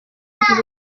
wagize